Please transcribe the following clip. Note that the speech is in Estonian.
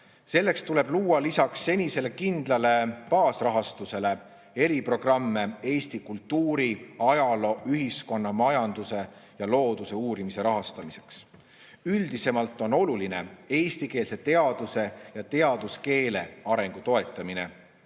Selleks tuleb luua lisaks senisele kindlale baasrahastusele eriprogramme Eesti kultuuri, ajaloo, ühiskonna, majanduse ja looduse uurimise rahastamiseks. Üldisemalt on oluline eestikeelse teaduse ja teaduskeele arengu toetamine.